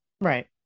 right